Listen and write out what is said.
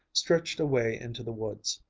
stretched away into the woods.